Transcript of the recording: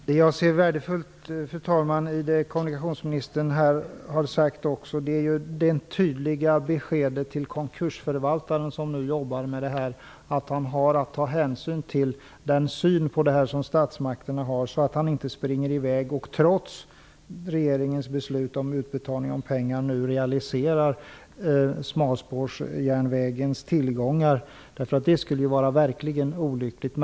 Fru talman! Det värdefulla i det kommunikationsministern här har sagt är det tydliga beskedet till konkursförvaltaren som nu jobbar med det här ärendet om att han har att ta hänsyn till den syn som statsmakterna har i frågan. Det är viktigt att han inte, trots regeringens beslut om utbetalning av pengar, springer i väg och realiserar smalspårsjärnvägens tillgångar. Det skulle ju vara verkligt olyckligt.